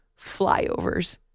Flyovers